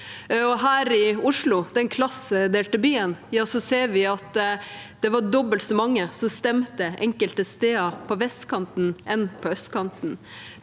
Her i Oslo, den klassedelte byen, ser vi at det var dobbelt så mange som stemte enkelte steder på vestkanten som på østkanten.